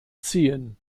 ziehen